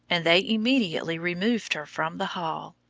and they immediately removed her from the hall.